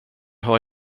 har